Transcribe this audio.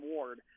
Ward